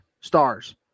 stars